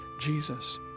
Jesus